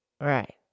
Right